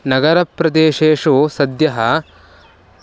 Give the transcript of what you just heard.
नगरप्रदेशेषु सद्यः